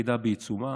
החקירה בעיצומה,